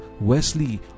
Wesley